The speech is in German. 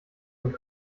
und